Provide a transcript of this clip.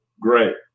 great